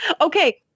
Okay